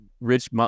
Rich